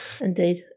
Indeed